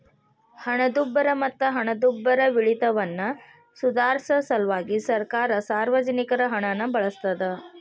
ಹಣದುಬ್ಬರ ಮತ್ತ ಹಣದುಬ್ಬರವಿಳಿತವನ್ನ ಸುಧಾರ್ಸ ಸಲ್ವಾಗಿ ಸರ್ಕಾರ ಸಾರ್ವಜನಿಕರ ಹಣನ ಬಳಸ್ತಾದ